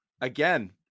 again